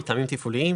מטעמים תפעוליים,